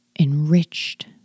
enriched